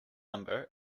number